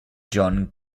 john